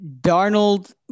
Darnold